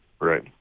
Right